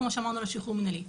כמו שאמרנו על שחרור מנהלי.